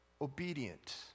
obedient